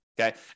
Okay